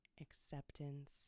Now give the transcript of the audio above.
acceptance